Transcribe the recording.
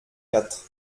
quatre